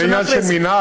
זה עניין של מינהל,